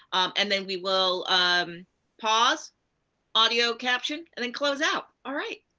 and then we will um pause audio caption, and then close out. all right.